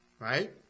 right